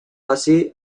así